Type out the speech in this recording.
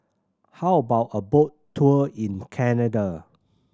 how about a boat tour in Canada